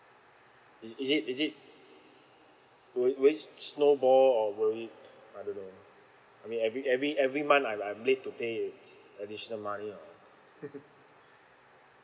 is it is it will it will it snowball or will it I don't know I mean every every every month I'm I'm late to pay is additional money or